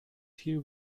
here